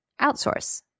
outsource